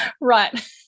right